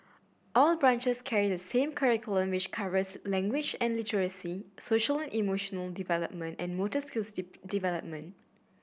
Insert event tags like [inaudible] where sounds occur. all branches carry the same curriculum which covers language and literacy social and emotional development and motor skills [unintelligible] development